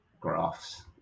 graphs